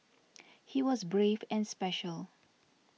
he was brave and special